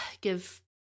give